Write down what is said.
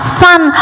son